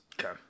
Okay